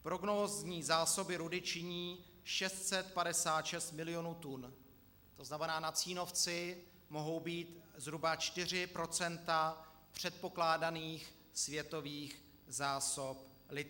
Prognózní zásoby rudy činí 656 milionů tun, to znamená, na Cínovci mohou být zhruba 4 % předpokládaných světových zásob lithia.